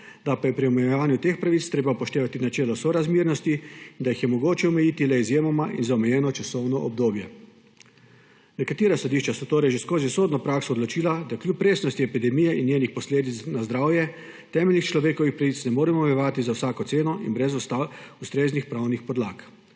da pa je pri omejevanju teh pravic treba upoštevati načelo sorazmernosti, da jih je mogoče omejiti le izjemoma in za omejeno časovno obdobje.« Nekatera sodišča so torej že skozi sodno prakso odločila, da kljub resnosti epidemije in njenih posledic na zdravje temeljnih človekovih pravic ne moremo omejevati za vsako ceno in brez ustreznih pravnih podlag.